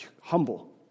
humble